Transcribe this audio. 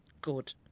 Good